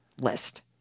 list